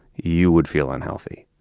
you would feel unhealthy.